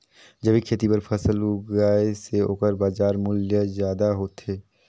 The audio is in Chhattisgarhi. जैविक खेती बर फसल उगाए से ओकर बाजार मूल्य ज्यादा होथे